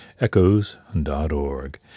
echoes.org